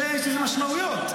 יש לו משמעויות.